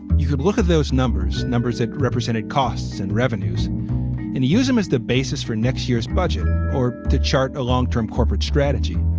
you could look at those numbers, numbers that represented costs and revenues and use them as the basis for next year's budget or to chart a long term corporate strategy.